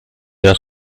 della